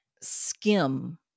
skim